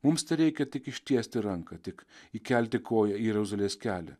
mums tereikia tik ištiesti ranką tik įkelti koją į jeruzalės kelią